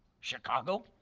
chicago?